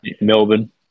Melbourne